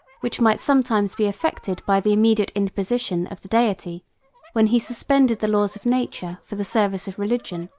which might sometimes be effected by the immediate interposition of the deity when he suspended the laws of nature for the service of religion,